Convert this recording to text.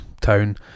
town